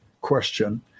question